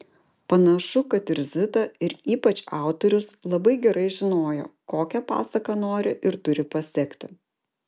panašu kad ir zita ir ypač autorius labai gerai žinojo kokią pasaką nori ir turi pasekti